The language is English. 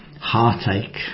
heartache